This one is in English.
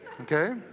Okay